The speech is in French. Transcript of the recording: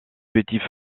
petits